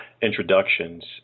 introductions